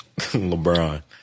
LeBron